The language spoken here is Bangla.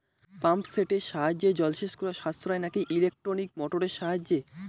পাম্প সেটের সাহায্যে জলসেচ করা সাশ্রয় নাকি ইলেকট্রনিক মোটরের সাহায্যে?